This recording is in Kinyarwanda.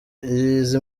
izi